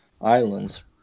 islands